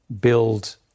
build